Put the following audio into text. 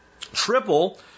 Triple